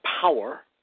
power